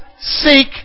Seek